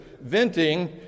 venting